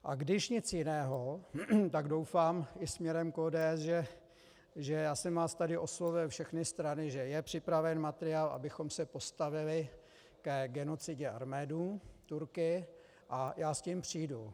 A když nic jiného, tak doufám i směrem k ODS, že já jsem vás tady oslovil, všechny strany, že je připraven materiál, abychom se postavili ke genocidě Arménů Turky, a já s tím přijdu.